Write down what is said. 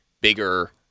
bigger